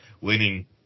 winning